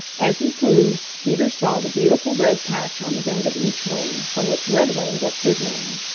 as he flew, peter saw the beautiful red patch on the bend of each wing, from which redwing gets his name.